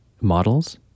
models